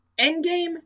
Endgame